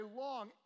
long